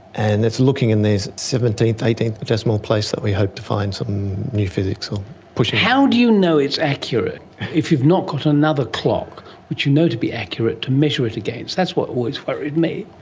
and it's looking in these seventeenth, eighteenth decimal place that we hope to find some new physics. um how do you know it's accurate if you've not got another clock which you know to be accurate to measure it against? that's what always worried me.